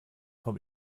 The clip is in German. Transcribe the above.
vom